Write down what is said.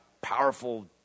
powerful